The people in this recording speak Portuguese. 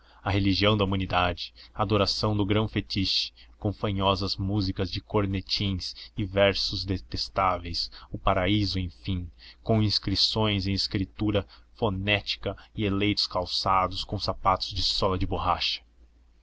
a religião da humanidade a adoração do grão fetiche com fanhosas músicas de cornetins e versos detestáveis o paraíso enfim com inscrições em escritura fonética e eleitos calçados com sapatos de sola de borracha